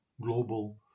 global